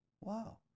Wow